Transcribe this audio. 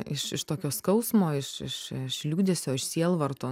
iš iš tokio skausmo iš iš iš liūdesio iš sielvarto